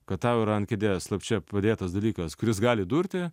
kad tau yra ant kėdės slapčia padėtas dalykas kuris gali durti